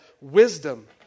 wisdom